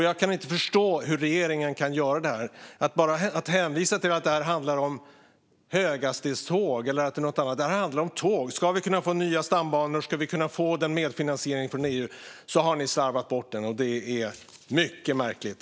Jag kan inte förstå hur regeringen kan göra det här. Man hänvisar till att det handlar om höghastighetståg, men det handlar om alla tåg och dessutom om att få nya stambanor med medfinansiering från EU. Det har ni slarvat bort, och det är mycket märkligt.